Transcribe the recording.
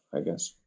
i guess.